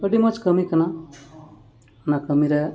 ᱟᱹᱰᱤ ᱢᱚᱡᱽ ᱠᱟᱹᱢᱤ ᱠᱟᱱᱟ ᱚᱱᱟ ᱠᱟᱹᱢᱤ ᱨᱮ